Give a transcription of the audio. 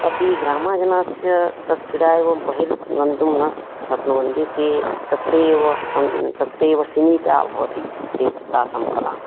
अपि ग्रामजनस्य तद् क्रीडा एव बहिर्गन्तुं न सः शक्नुवन्ति ते तत्रैव तत्रैव सीमिताः भवन्ति ते तासां कला